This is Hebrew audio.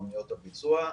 אומנויות הביצוע,